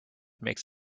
makes